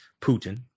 Putin